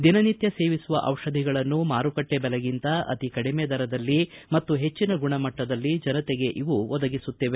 ದಿನ ನಿತ್ಯ ಸೇವಿಸುವ ಔಷಧಿಗಳನ್ನು ಮಾರುಕಟ್ಟೆ ದೆಲೆಗಿಂತ ಅತಿ ಕಡಿಮೆ ದರದಲ್ಲಿ ಮತ್ತು ಹೆಚ್ಚಿನ ಗುಣ ಮಟ್ಟದಲ್ಲಿ ಜನತೆಗೆ ಇದು ಒದಗಿಸುತ್ತಿದೆ